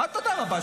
תודה רבה.